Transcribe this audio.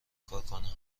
کنم